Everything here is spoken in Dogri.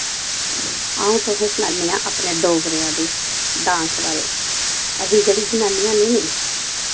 अ'ऊं तुसें सनान्नी आं अपने डोगरेंआ दे डांस बारे अस जेह्ड़ी जनानियां होने नी